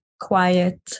quiet